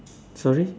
sorry